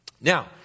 Now